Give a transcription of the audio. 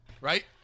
right